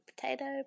Potato